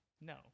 no